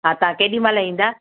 हा तव्हां केॾीमहिल ईंदा